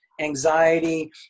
anxiety